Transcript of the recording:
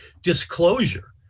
disclosure